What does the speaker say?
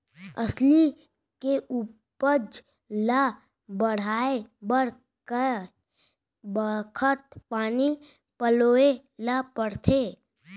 अलसी के उपज ला बढ़ए बर कय बखत पानी पलोय ल पड़थे?